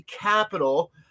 Capital